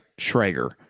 Schrager